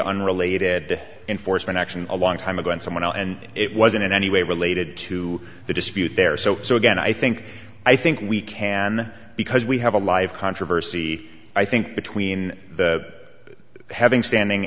unrelated enforcement action a long time ago and someone and it wasn't in any way related to the dispute there so so again i think i think we can because we have a live controversy i think between the having standing